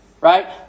Right